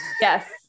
yes